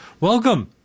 Welcome